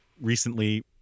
recently